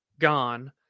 gone